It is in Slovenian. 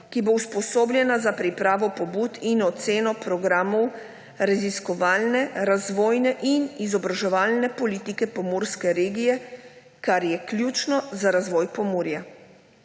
ki bo usposobljena za pripravo pobud in oceno programov raziskovalne, razvojne in izobraževalne politike pomurske regije, kar je ključno za razvoj Pomurja.